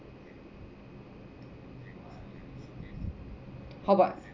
how about